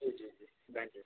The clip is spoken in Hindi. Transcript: जी जी